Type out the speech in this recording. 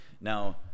Now